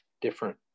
different